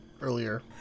earlier